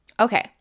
Okay